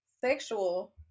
sexual